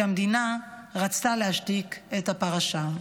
כי המדינה רצתה להשתיק את הפרשה.